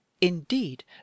indeed